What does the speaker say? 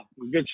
good